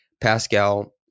Pascal